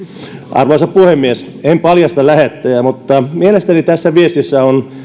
arvoisa puhemies en paljasta lähettäjää mutta mielestäni tässä viestissä